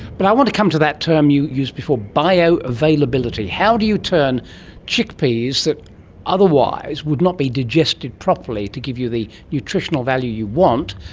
but i want to come to that term you used before, bioavailability. how do you turn chickpeas that otherwise would not be digested properly to give you the nutritional value you